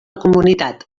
comunitat